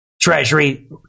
Treasury